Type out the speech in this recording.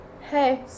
hey